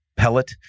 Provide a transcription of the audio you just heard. Pellet